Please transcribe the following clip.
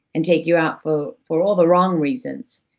and take you out for for all the wrong reasons,